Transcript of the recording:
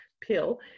pill